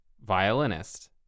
violinist